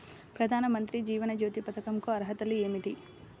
ప్రధాన మంత్రి జీవన జ్యోతి పథకంకు అర్హతలు ఏమిటి?